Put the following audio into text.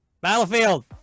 Battlefield